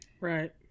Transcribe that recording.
right